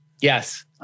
yes